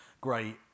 great